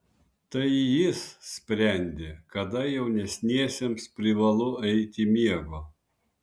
tai jis sprendė kada jaunesniesiems privalu eiti miego